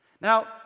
Now